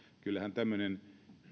kyllähän tämmöinen